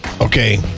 Okay